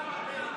תודה רבה.